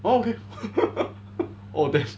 oh okay oh that's